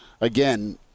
again